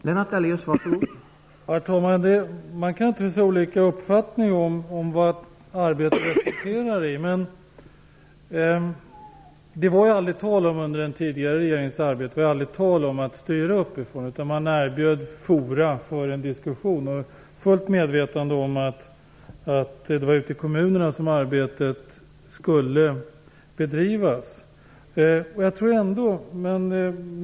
Herr talman! Vi kan naturligtvis ha olika uppfattning om vad arbetet resulterar i. Men under den tidigare regeringens arbete var det aldrig tal om att styra uppifrån. Man erbjöd fora för diskussion. Jag är fullt medveten om att det var i kommunerna som arbetet skulle bedrivas.